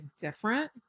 different